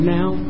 now